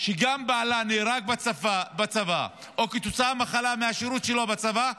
שבעלה נהרג בצבא או כתוצאה ממחלה בשירות שלו בצבא,